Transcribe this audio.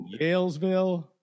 Yalesville